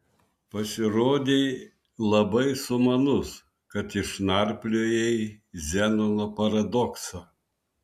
pasirodei labai sumanus kad išnarpliojai zenono paradoksą